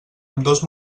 ambdós